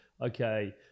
okay